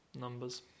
numbers